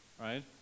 right